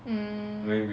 mm